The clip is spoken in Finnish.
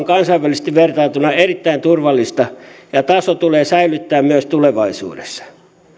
kansainvälisesti vertailtuna erittäin turvallista ja taso tulee säilyttää myös tulevaisuudessa